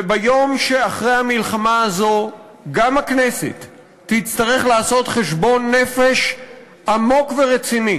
וביום שאחרי המלחמה הזו גם הכנסת תצטרך לעשות חשבון נפש עמוק ורציני